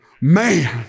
man